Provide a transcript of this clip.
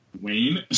Wayne